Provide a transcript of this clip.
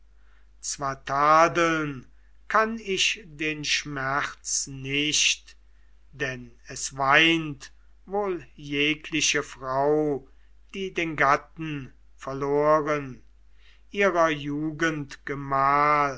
zwar tadeln kann ich den schmerz nicht denn es weint wohl jegliche frau die den gatten verloren ihrer jugend gemahl